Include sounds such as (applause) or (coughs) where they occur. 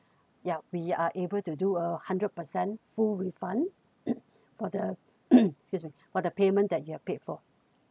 yup we are able to do a hundred percent full refund (coughs) for the (coughs) excuse me for the payment that you are paid for